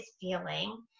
feeling